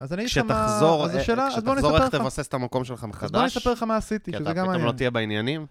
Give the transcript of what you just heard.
שתחזור איך תבסס את המקום שלך מחדש, כי אתה פתאום לא תהיה בעניינים.